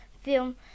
film